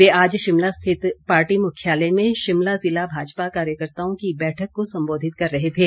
वे आज शिमला स्थित पार्टी मुख्यालय में शिमला ज़िला भाजपा कार्यकर्ताओं की बैठक को संबोधित कर रहे थे